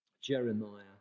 Jeremiah